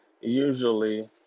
usually